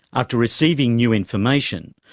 after receiving new information,